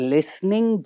Listening